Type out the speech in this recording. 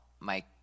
Mike